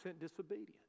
disobedience